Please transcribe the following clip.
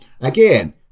again